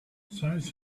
science